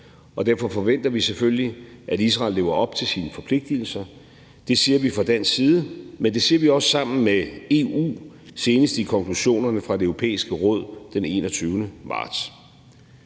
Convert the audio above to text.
og derfor forventer vi selvfølgelig, at Israel lever op til sine forpligtigelser. Det siger vi fra dansk side, men det siger vi også sammen med EU, senest i konklusionerne fra Det Europæiske Råd den 21. marts.